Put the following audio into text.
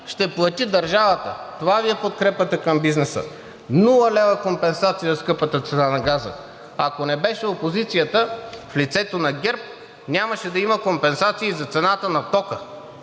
ще плати държавата. Това Ви е подкрепата към бизнеса – нула лева компенсация за скъпата цена на газа. Ако не беше опозицията в лицето на ГЕРБ, нямаше да има компенсации и за цената на тока.